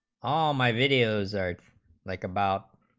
all my videos are like about